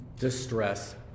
distress